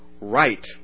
right